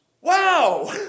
wow